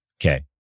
Okay